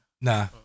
Nah